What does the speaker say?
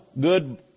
good